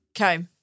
Okay